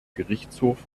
gerichtshof